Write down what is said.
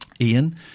Ian